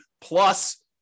plus